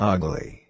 Ugly